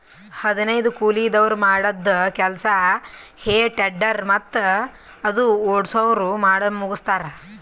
ಹದನೈದು ಕೂಲಿದವ್ರ್ ಮಾಡದ್ದ್ ಕೆಲ್ಸಾ ಹೆ ಟೆಡ್ಡರ್ ಮತ್ತ್ ಅದು ಓಡ್ಸವ್ರು ಮಾಡಮುಗಸ್ತಾರ್